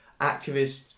activists